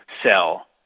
sell